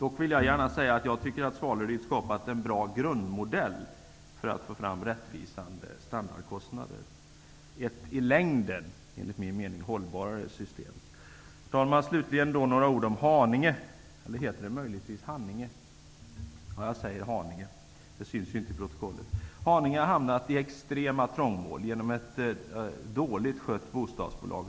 Jag vill dock gärna säga att jag tycker att Svaleryd har skapat en bra grundmodell för att få fram rättvisande standardkostnader, ett i längden hållbarare system. Herr talman! Slutligen några ord om Haninge. Haninge har hamnat i extremt trångmål genom ett illa skött bostadsbolag.